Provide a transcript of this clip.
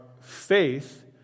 faith